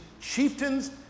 chieftains